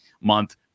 month